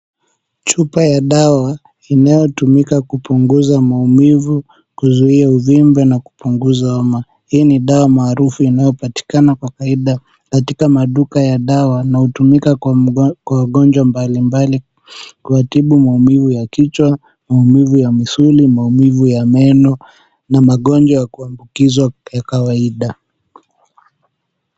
Chupa ya dawa inayotumika kupunguzua maumivu kuzuia uvimbe na kupunguza homa. Hii ni dawa maarufu inayopatikana kawaida katika maduka ya dawa na hutumika kwa wagonjwa mbalimbali kuwatibu maumivu ya kichwa, maumivu ya msuli, maumivu ya meno na magonjwa ya kuambukizwa ya kawaida.